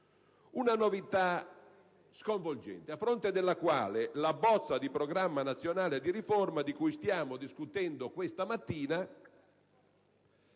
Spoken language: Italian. una novità sconvolgente, a fronte della quale la bozza di Programma nazionale di riforma di cui si sta discutendo questa mattina